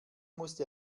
musste